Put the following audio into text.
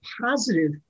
positive